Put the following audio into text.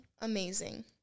amazing